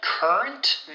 Current